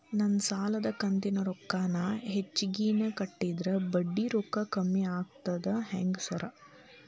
ನಾನ್ ಸಾಲದ ಕಂತಿನ ರೊಕ್ಕಾನ ಹೆಚ್ಚಿಗೆನೇ ಕಟ್ಟಿದ್ರ ಬಡ್ಡಿ ರೊಕ್ಕಾ ಕಮ್ಮಿ ಆಗ್ತದಾ ಹೆಂಗ್ ಸಾರ್?